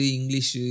English